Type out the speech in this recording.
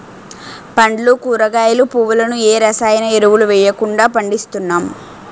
పండ్లు కూరగాయలు, పువ్వులను ఏ రసాయన ఎరువులు వెయ్యకుండా పండిస్తున్నాం